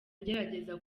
ngerageza